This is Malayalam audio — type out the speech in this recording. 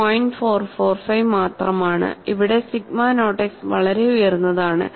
445 മാത്രമാണ് ഇവിടെ സിഗ്മ നോട്ട് എക്സ് വളരെ ഉയർന്നതാണ്